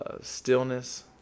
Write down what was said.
Stillness